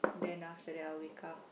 then after that I'll wake up